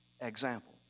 example